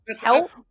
Help